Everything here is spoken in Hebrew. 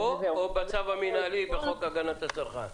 פה או בצו המינהלי בחוק הגנת הצרכן?